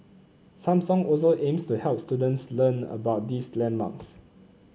Samsung also aims to help students learn about these landmarks